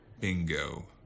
Bingo